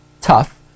tough